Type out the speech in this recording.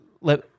Let